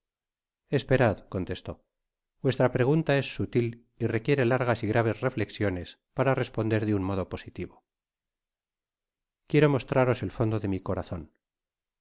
esperad contestó vuestra pregunta es sutil y requiere largas y graves reflexiones para responder de un modo positivo quiero mostraros el fondo de mi corazon